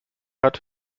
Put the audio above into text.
hat